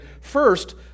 First